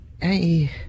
hey